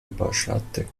бажати